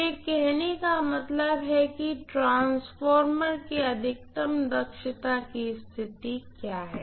तो यह कहने का मतलब है कि ट्रांसफार्मर की अधिकतम दक्षता की स्थिति क्या है